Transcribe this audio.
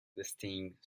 distinct